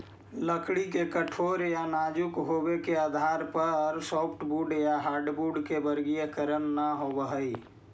लकड़ी के कठोर या नाजुक होबे के आधार पर सॉफ्टवुड या हार्डवुड के वर्गीकरण न होवऽ हई